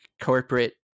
corporate